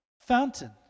fountain